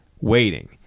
waiting